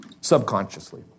subconsciously